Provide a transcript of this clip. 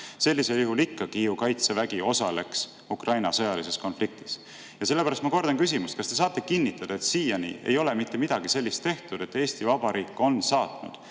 Sellisel juhul Kaitsevägi ikkagi ju osaleks Ukraina sõjalises konfliktis. Ja sellepärast ma kordan küsimust: kas te saate kinnitada, et siiani ei ole mitte midagi sellist tehtud, et Eesti Vabariik on saatnud